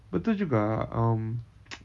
betul juga mm